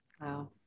Wow